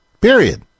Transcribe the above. period